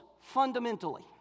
fundamentally